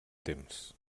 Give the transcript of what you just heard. temps